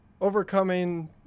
overcoming